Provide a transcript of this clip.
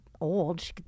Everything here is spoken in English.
old